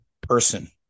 person